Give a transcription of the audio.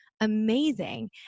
amazing